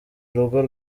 urugo